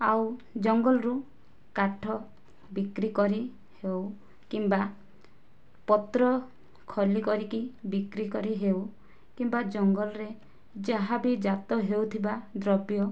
ଆଉ ଜଙ୍ଗଲରୁ କାଠ ବିକ୍ରିକରି ହେଉ କିମ୍ବା ପତ୍ର ଖଲି କରିକି ବିକ୍ରି କରି ହେଉ କିମ୍ବା ଜଙ୍ଗଲରେ ଯାହା ବି ଜାତ ହେଉଥିବା ଦ୍ରବ୍ୟ